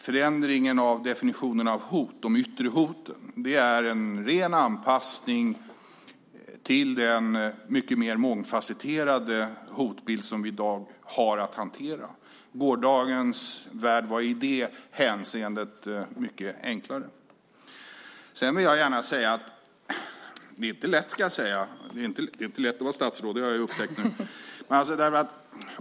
Förändringen till definitionen "yttre hot" är en ren anpassning till den mycket mer mångfasetterade hotbild som vi i dag har att hantera. Gårdagens värld var i det hänseendet mycket enklare. Det är inte lätt, vill jag gärna säga, att vara statsråd - det har jag nu upptäckt.